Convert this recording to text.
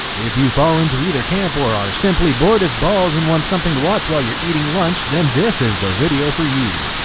if you fall into either camp, or are simply bored as balls and want something to watch while you're eating lunch, then this is the video for you!